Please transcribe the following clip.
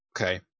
Okay